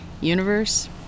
universe